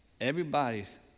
Everybody's